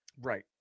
Right